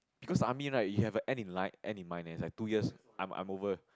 because army right you have a end in light end in mind eh it's like two years I'm I'm over